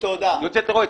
יוצאת רועץ.